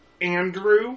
Andrew